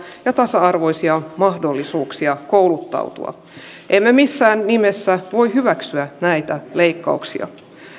ja tasa arvoisia mahdollisuuksia kouluttautua emme missään nimessä voi hyväksyä näitä leikkauksia